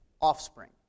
offspring